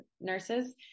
nurses